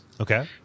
Okay